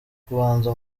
kubanza